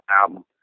album